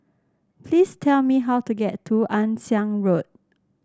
please tell me how to get to Ann Siang Road